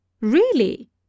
Really